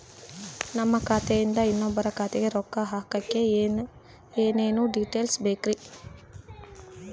ನಮ್ಮ ಖಾತೆಯಿಂದ ಇನ್ನೊಬ್ಬರ ಖಾತೆಗೆ ರೊಕ್ಕ ಹಾಕಕ್ಕೆ ಏನೇನು ಡೇಟೇಲ್ಸ್ ಬೇಕರಿ?